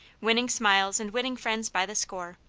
winning smiles and winning friends by the score.